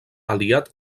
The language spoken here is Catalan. aliat